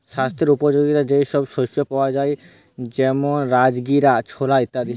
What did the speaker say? স্বাস্থ্য উপযোগিতা যে সব শস্যে পাওয়া যায় যেমন রাজগীরা, ছোলা ইত্যাদি